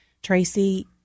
Tracy